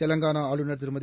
தெலங்கானா ஆளுநர் திருமதி